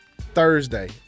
Thursday